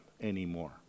anymore